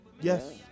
Yes